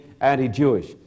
anti-Jewish